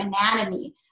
anatomy